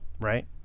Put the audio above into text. right